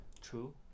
true